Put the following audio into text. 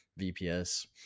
VPS